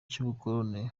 cy’ubukoloni